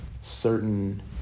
certain